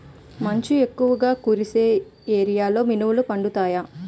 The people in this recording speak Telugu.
మంచు ఎక్కువుగా కురిసే ఏరియాలో మినుములు పండుతాయా?